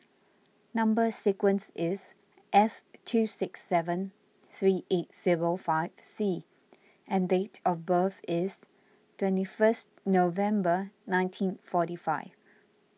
Number Sequence is S two six seven three eight zero five C and date of birth is twenty first November nineteen forty five